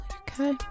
okay